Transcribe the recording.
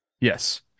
yes